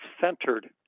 centered